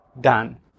done